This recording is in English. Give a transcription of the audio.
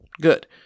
Good